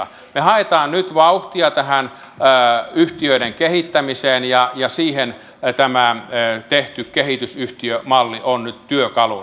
me haemme nyt vauhtia tähän yhtiöiden kehittämiseen ja siinä tämä tehty kehitysyhtiömalli on nyt työkaluna